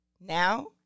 Now